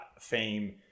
fame